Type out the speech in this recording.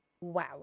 Wow